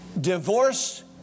divorce